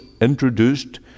introduced